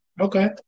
Okay